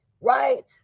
right